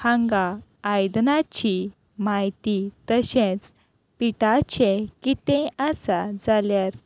हांगा आयदनाची म्हायती तशेंच पिठाचें कितेंय आसा जाल्यार